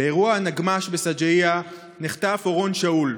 באירוע הנגמ"ש בשג'אעיה נחטף אורון שאול.